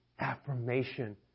affirmation